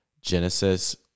Genesis